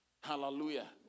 Hallelujah